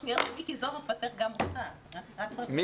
הישיבה ננעלה בשעה 11:04.